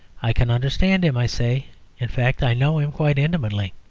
i can understand him, i say in fact, i know him quite intimately.